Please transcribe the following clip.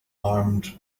armed